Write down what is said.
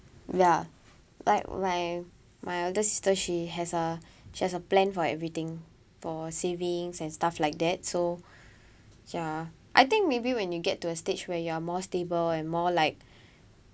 yeah like my my elder sister she has a she has a plan for everything for savings and stuff like that so ya I think maybe when you get to a stage where you are more stable and more like